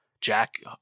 Jack